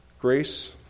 grace